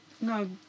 no